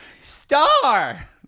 Star